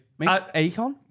Akon